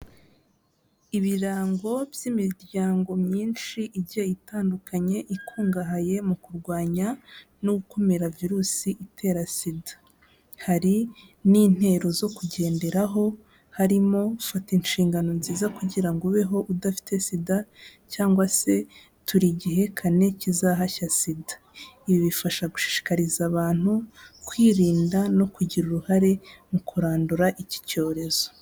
Ibirango by'imiryango myinshi igiye itandukanye, ikungahaye mu kurwanya no gukumira virusi itera SIDA, hari n'intero zo kugenderaho, harimo fata inshingano nziza kugira ngo ubeho udafite SIDA cyangwa se turi igihekane kizahashya SIDA, ibi bifasha gushishikariza abantu kwirinda no kugira uruhare mu kurandura iki cyorezo.